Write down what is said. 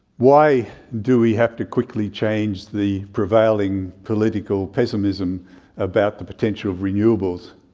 why do we have to quickly change the prevailing political pessimism about the potential of renewables?